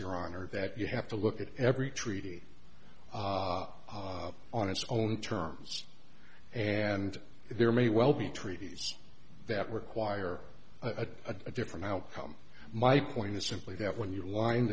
your honor that you have to look at every treaty on its own terms and there may well be treaties that require a different outcome my point is simply that when you lin